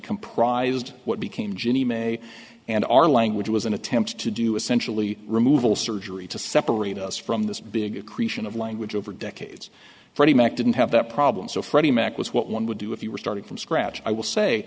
comprised what became ginnie mae and our language was an attempt to do essentially removal surgery to separate us from this big creation of language over decades freddie mac didn't have that problem so freddie macas what one would do if you were starting from scratch i will say